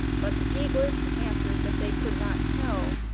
but the eaglets answered that they could not tell,